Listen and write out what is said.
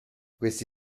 questi